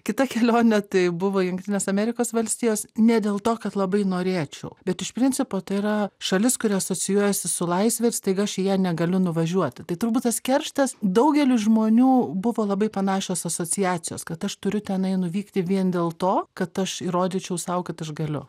kita kelionė tai buvo jungtinės amerikos valstijos ne dėl to kad labai norėčiau bet iš principo tai yra šalis kuri asocijuojasi su laisve ir staiga aš į ją negaliu nuvažiuoti tai turbūt tas kerštas daugeliui žmonių buvo labai panašios asociacijos kad aš turiu tenai nuvykti vien dėl to kad aš įrodyčiau sau kad aš galiu